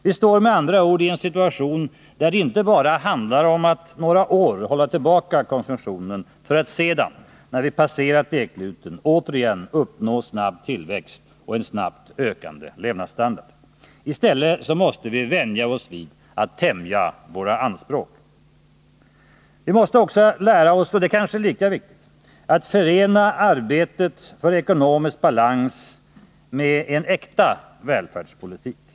Vi står med andra ord i en situation där det inte bara handlar om att några år hålla tillbaka konsumtionen för att sedan, när vi passerat ekluten, återigen uppnå snabb tillväxt och en snabbt höjd levnadsstandard. I stället måste vi vänja oss vid att tämja våra anspråk. Vi måste också lära oss — och det kanske är lika viktigt — att förena arbetet för ekonomisk balans med en äkta välfärdspolitik.